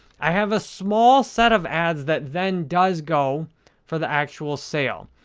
i have a small set of ads that then does go for the actual sale.